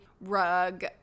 rug